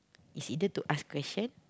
is either to ask question